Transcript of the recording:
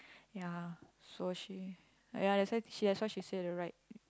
ya so she ya lah that's why she she said the right